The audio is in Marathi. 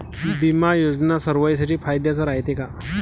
बिमा योजना सर्वाईसाठी फायद्याचं रायते का?